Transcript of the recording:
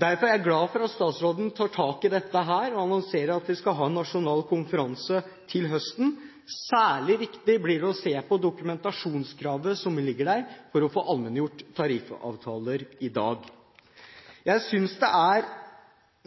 Derfor er jeg glad for at statsråden tar tak i dette og annonserer at vi skal ha en nasjonal konferanse til høsten. Særlig viktig blir det å se på dokumentasjonskravet som ligger der for å få allmenngjort tariffavtaler i dag. Jeg synes det er